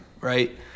right